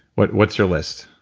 but what's your list?